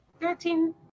Thirteen